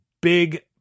big